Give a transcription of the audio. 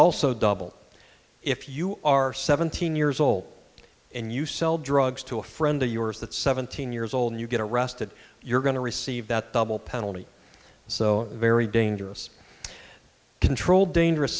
also doubled if you are seventeen years old and you sell drugs to a friend of yours that seventeen years old you get arrested you're going to receive that double penalty so very dangerous control dangerous